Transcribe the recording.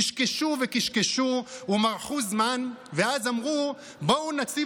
קשקשו וקשקשו ומרחו זמן ואז אמרו: בואו נציב